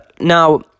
now